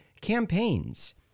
campaigns